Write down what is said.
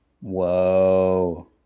whoa